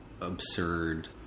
absurd